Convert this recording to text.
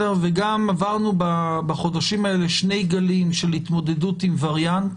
עברנו בחודשים האלה שני גלים של התמודדות עם וריאנט